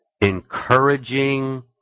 encouraging